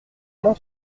main